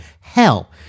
Hell